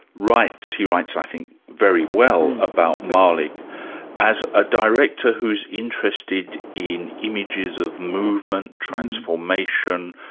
writes he writes i think very well about malick as a director who is interested in images of movement, transformation,